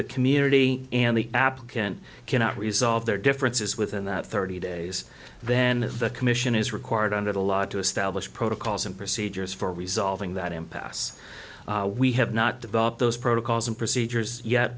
the community and the applicant cannot resolve their differences within that thirty days then the commission is required under the law to establish protocols and procedures for resolving that impasse we have not developed those protocols and procedures yet